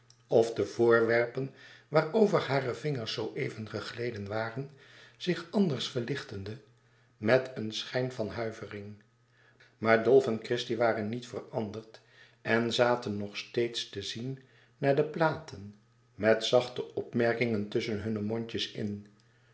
of de voorwerpen waarover hare vingers zoo even gegleden waren zich anders verlichteden met een schijn van huivering maar dolf en christie waren niet veranderd en zaten nog steeds te zien naar de platen met zachte opmerkingen tusschen hunne mondjes in